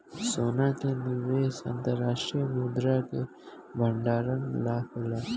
सोना के निवेश अंतर्राष्ट्रीय मुद्रा के भंडारण ला होला